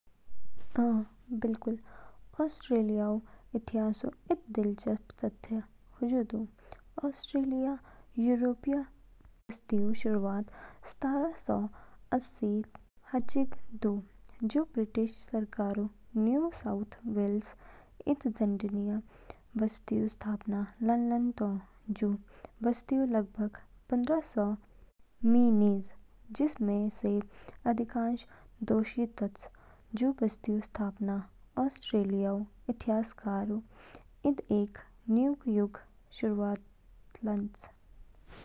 अ, बिल्कुल। ऑस्ट्रेलियाऊ इतिहासऊ इद दिलचस्प तथ्य हयू दू। ऑस्ट्रेलिया यूरोपीय बस्तीऊ शुरुआत सत्रह सौ अठासी जाचिंग, जू ब्रिटिश सरकारऊ न्यू साउथ वेल्स इद दंडनीय बस्तीऊ स्थापित लानलान तो। जू बस्तीओ लगभग पंद्रह सौ मि निज, जिनमें से अधिकांश दोषी तोच। जो बस्तीऊ स्थापना ऑस्ट्रेलियाऊ इतिहासऊ इद एक न्यूग युगो शुरुआत लान्च।